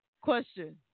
Question